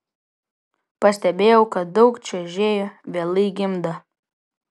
pastebėjau kad daug čiuožėjų vėlai gimdo